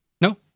No